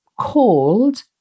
called